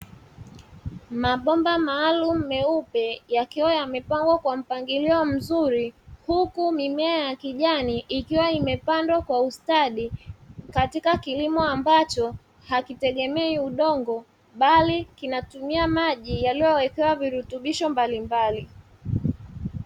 Mabomba maalumu meupe yakiwa yamepangwa kwa mpangilio mzuri. Huku mimea ya kijani ikiwa imepandwa kwa ustadi katika kilimo ambacho hakitegemei udongo bali kinatumia maji yaliyowekewa virutubisho mbalimbali.